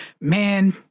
man